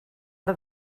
ara